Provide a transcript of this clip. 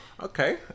okay